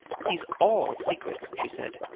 he's all secrets, she said.